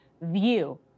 view